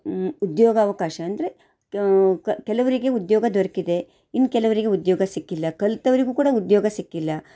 ಉದ್ಯೋಗ ಅವಕಾಶ ಅಂದರೆ ಕೆಲವರಿಗೆ ಉದ್ಯೋಗ ದೊರಕಿದೆ ಇನ್ನು ಕೆಲವರಿಗೆ ಉದ್ಯೋಗ ಸಿಕ್ಕಿಲ್ಲ ಕಲಿತವ್ರಿಗು ಕೂಡ ಉದ್ಯೋಗ ಸಿಕ್ಕಿಲ್ಲ